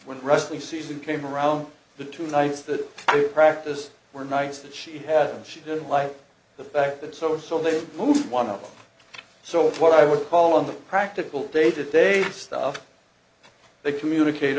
when wrestling season came around the two nights that practice were nights that she had she didn't like the fact that so so they moved one up so what i would call on the practical day to day stuff they communicate